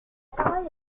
parole